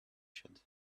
should